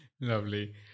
Lovely